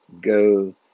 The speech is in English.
go